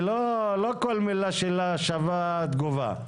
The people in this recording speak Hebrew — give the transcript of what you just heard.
לא כל מילה שלה שווה תגובה.